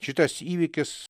šitas įvykis